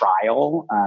trial